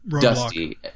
Dusty